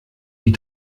die